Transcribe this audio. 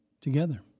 Together